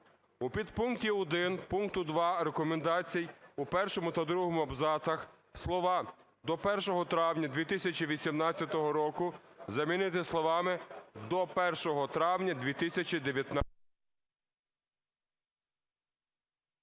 В підпункті 1 пункту 2 рекомендацій у першому та другому абзацах слова "до 1 травня 2018 року" замінити словами "до 1 травня 2019 року".